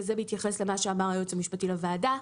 וזה בהתייחס למה שאמר היועץ המשפטי לוועדה,